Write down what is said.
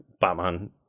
Batman